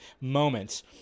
moments